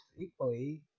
equally